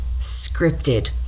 scripted